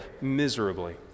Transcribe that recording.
miserably